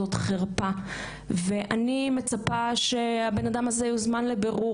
זאת חרפה ואני מצפה שהאדם הזה יוזמן לבירור,